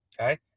okay